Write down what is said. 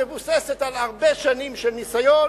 היא מבוססת על הרבה שנים של ניסיון